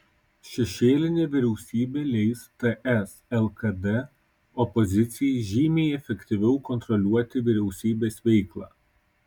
šešėlinė vyriausybė leis ts lkd opozicijai žymiai efektyviau kontroliuoti vyriausybės veiklą